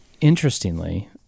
interestingly